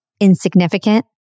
insignificant